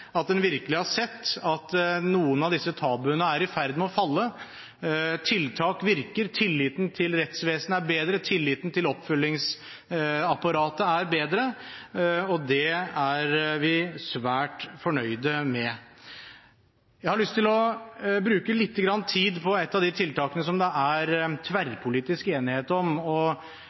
at en virkelig har sett at noen av disse tabuene er i ferd med å falle. Tiltak virker, tilliten til rettsvesenet er bedre, tilliten til oppfølgingsapparatet er bedre, og det er vi svært fornøyd med. Jeg har lyst til å bruke litt tid på et av de tiltakene som det er tverrpolitisk enighet om, og